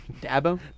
Dabo